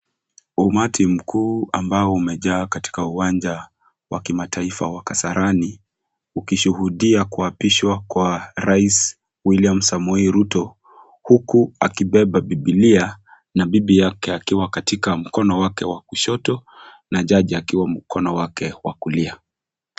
Umati mkuu ambao umejaa katika uwanja wa kimataifa wa Kasarani, ukishuhudia kuapishwa kwa rais William Samoei Ruto, huku akibeba biblia, na bibi yake akiwa katika mkono wa kushoto, na jaji akiwa mkono wake wa kulia.